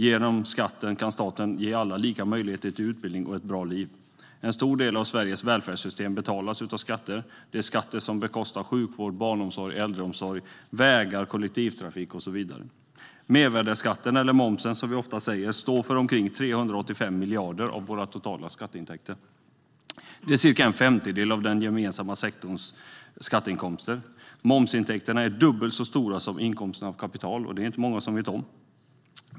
Genom skatten kan staten ge alla lika möjligheter till utbildning och ett bra liv. En stor del av Sveriges välfärdssystem betalas av skatter. Det är skatter som bekostar sjukvård, barnomsorg, äldreomsorg, vägar, kollektivtrafik och så vidare. Mervärdesskatten - eller momsen, som vi ofta säger - står för omkring 385 miljarder av våra totala skatteintäkter. Det är cirka en femtedel av den gemensamma sektorns skatteinkomster. Momsintäkterna är dubbelt så stora som inkomsterna av kapital - det är inte många som vet om det.